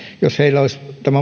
jos heillä olisi